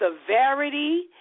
severity